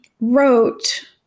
wrote